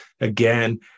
again